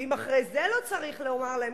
ואם אחרי זה לא צריך לומר להם,